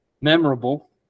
memorable